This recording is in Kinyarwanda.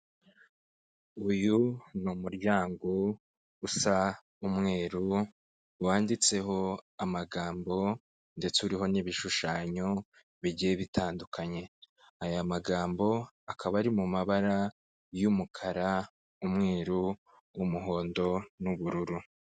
Uyu ni umuryango usa umweru, wanditseho amagambo, ndetse uriho n'ibishushanyo bigiye bitandukanye. Aya magambo akaba ari mu mabara y'umukara, umweru, umuhondo, n'ubururu.